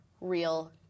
real